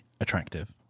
attractive